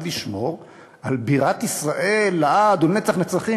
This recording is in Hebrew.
לשמור על בירת ישראל לעד ולנצח נצחים,